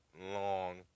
long